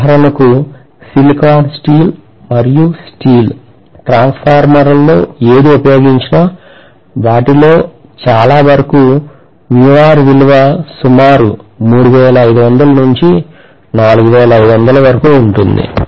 ఉదాహరణకు silicon steel మరియు steel ట్రాన్స్ఫార్మర్లలో ఏది ఉపయోగించినా వాటిలో చాలా వరకు విలువ సుమారు 3500 నుండి 4500 వరకు ఉంటుంది